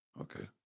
Okay